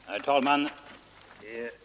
Herr talman!